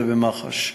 זה במח"ש,